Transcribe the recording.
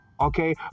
Okay